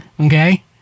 Okay